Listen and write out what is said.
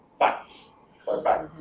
back by back